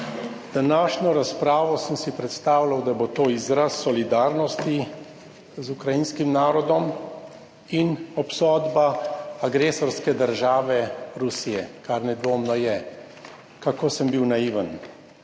Današnjo razpravo sem si predstavljal, da bo to izraz solidarnosti z ukrajinskim narodom in obsodba agresorske države Rusije, kar nedvomno je. Kako sem bil naiven.